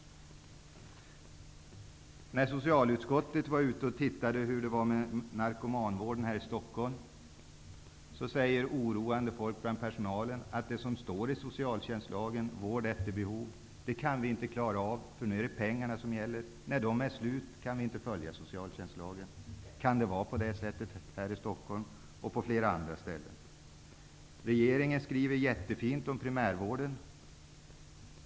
När socialutskottet var ute och tittade på hur det står till med narkomanvården här i Stockholm sade oroat folk bland personalen att det visserligen står i socialtjänstlagen att man skall ge vård efter behov, men att man när pengarna är slut inte kan följa denna föreskrift i socialtjänstlagen. Kan det vara på det sättet, här i Stockholm och på flera andra ställen? Regeringen skriver jättefint om primärvården.